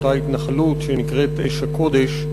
אותה התנחלות שנקראת אש-הקודש,